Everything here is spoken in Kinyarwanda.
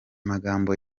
magambo